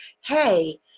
hey